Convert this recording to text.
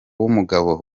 w’umugabo